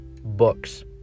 Books